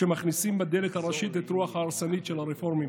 שמכניסים בדלת הראשית את הרוח ההרסנית של הרפורמים.